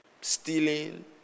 stealing